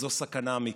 זו סכנה אמיתית.